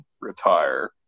retire